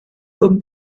comme